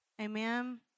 Amen